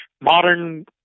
modern